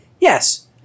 yes